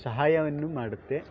ಸಹಾಯವನ್ನು ಮಾಡುತ್ತೆ